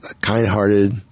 kind-hearted